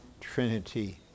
Trinity